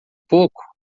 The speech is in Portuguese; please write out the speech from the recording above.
pouco